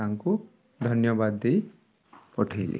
ତାଙ୍କୁ ଧନ୍ୟବାଦ ଦେଇ ପଠେଇଲି